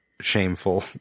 shameful